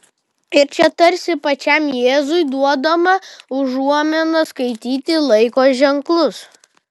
ir čia tarsi pačiam jėzui duodama užuomina skaityti laiko ženklus